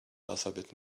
alphabet